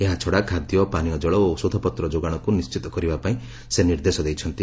ଏହାଛଡ଼ା ଖାଦ୍ୟ ପାନୀୟ କଳ ଓ ଔଷଧପତ୍ର ଯୋଗାଣକୁ ନିଶ୍ଚିତ କରିବା ପାଇଁ ସେ ନିର୍ଦ୍ଦେଶ ଦେଇଛନ୍ତି